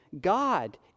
God